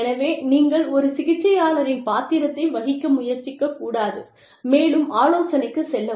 எனவே நீங்கள் ஒரு சிகிச்சையாளரின் பாத்திரத்தை வகிக்க முயற்சிக்கக்கூடாது மேலும் ஆலோசனைக்குச் செல்லவும்